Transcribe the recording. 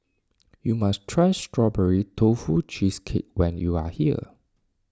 you must try Strawberry Tofu Cheesecake when you are here